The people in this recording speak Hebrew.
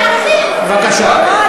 בבקשה,